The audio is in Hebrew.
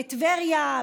בטבריה,